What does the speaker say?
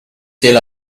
still